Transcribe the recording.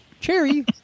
Cherry